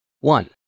One